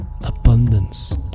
abundance